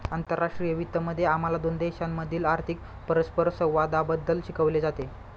आंतरराष्ट्रीय वित्त मध्ये आम्हाला दोन देशांमधील आर्थिक परस्परसंवादाबद्दल शिकवले जाते